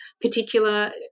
particular